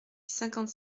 cinquante